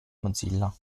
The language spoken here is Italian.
mozilla